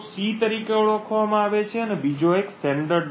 ' તરીકે ઓળખવામાં આવે છે અને બીજો એક 'sender